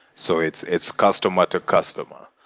so it's it's customer to customer.